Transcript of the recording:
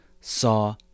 saw